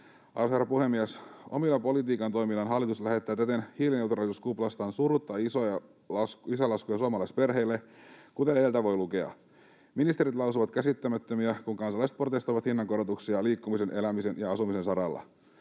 Arvoisa herra puhemies! Omilla politiikan toimillaan hallitus lähettää täten hiilineutraaliuskuplastaan surutta isoja lisälaskuja suomalaisperheille, kuten edeltä voi lukea. Ministerit lausuvat käsittämättömiä, kun kansalaiset protestoivat hinnankorotuksia liikkumisen, elämisen ja asumisen saralla.